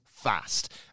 fast